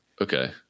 Okay